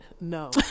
No